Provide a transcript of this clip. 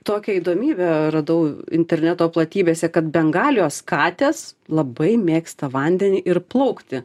tokią įdomybę radau interneto platybėse kad bengalijos katės labai mėgsta vandenį ir plaukti